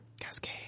Cascade